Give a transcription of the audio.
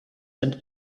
and